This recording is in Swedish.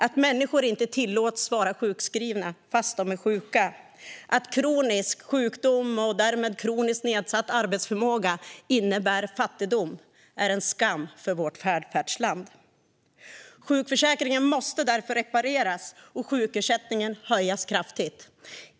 Att människor inte tillåts vara sjukskrivna trots att de är sjuka eller att kronisk sjukdom och därmed kroniskt nedsatt arbetsförmåga innebär fattigdom är en skam för vårt välfärdsland. Sjukförsäkringen måste därför repareras och sjukersättningen höjas kraftigt.